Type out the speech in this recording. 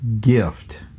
gift